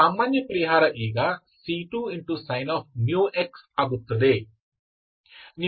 ಆದ್ದರಿಂದ ಸಾಮಾನ್ಯ ಪರಿಹಾರ ಈಗ c2 sin μx ಆಗುತ್ತದೆ